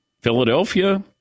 Philadelphia